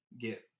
get